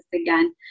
again